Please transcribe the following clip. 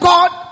God